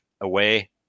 away